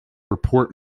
report